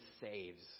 saves